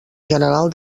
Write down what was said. general